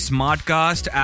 Smartcast